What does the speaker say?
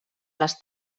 les